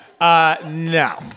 no